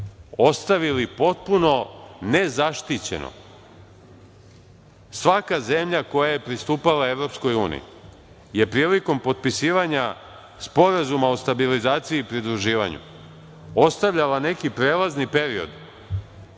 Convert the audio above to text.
ostavili potpuno nezaštićeno. Svaka zemlja koja je pristupala EU je prilikom potpisivanja Sporazuma o stabilizaciji i pridruživanja ostavljala neki prelazni period